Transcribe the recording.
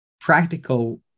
practical